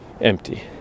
empty